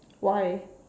why